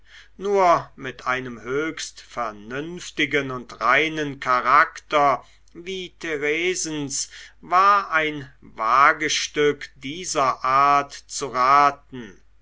nur mit einem höchst vernünftigen und reinen charakter wie theresens war ein wagestück dieser art zu raten